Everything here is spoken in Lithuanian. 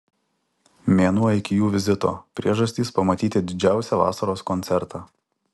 mėnuo iki jų vizito priežastys pamatyti didžiausią vasaros koncertą